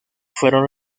fueron